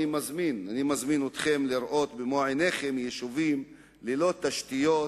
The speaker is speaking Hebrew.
אני מזמין אתכם לראות במו-עיניכם יישובים ללא תשתיות,